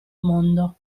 mondo